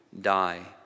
die